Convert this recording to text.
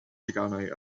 deganau